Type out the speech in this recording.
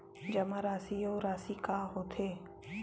जमा राशि अउ राशि का होथे?